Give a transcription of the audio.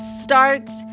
starts